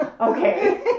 okay